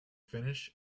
finnish